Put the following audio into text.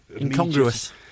incongruous